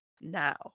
Now